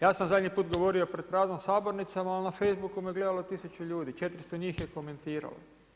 Ja sam zadnji put govorio pred praznom sabornicom ali na Facebooku me gledalo 1000 ljudi, 400 njih je komentiralo.